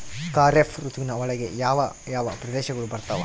ಖಾರೇಫ್ ಋತುವಿನ ಒಳಗೆ ಯಾವ ಯಾವ ಪ್ರದೇಶಗಳು ಬರ್ತಾವ?